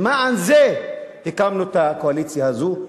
למען זה הקמנו את הקואליציה הזו.